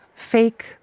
Fake